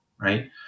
right